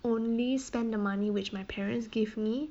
only spend the money which my parents gave me